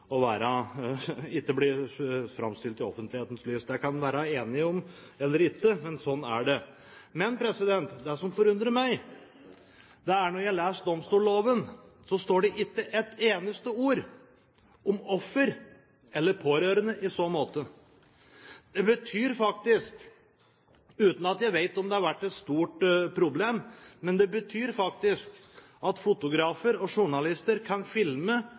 vi være enige om eller ikke, men sånn er det. Men det som forundrer meg når jeg leser domstolloven, er at det ikke står et eneste ord om offer eller pårørende, i så måte. Det betyr faktisk, uten at jeg vet om det har vært et stort problem, at fotografer og journalister kan filme